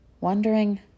Wondering